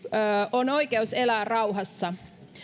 on oikeus elää rauhassa